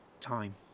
time